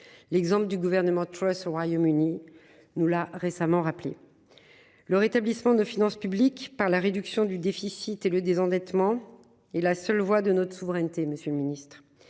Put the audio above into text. L'exemple du gouvernement trace au Royaume-Uni nous l'a récemment rappelé. Le rétablissement de finances publiques par la réduction du déficit et le désendettement et la seule voie de notre souveraineté. Monsieur le Ministre,